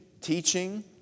teaching